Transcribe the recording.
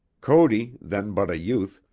cody, then but a youth,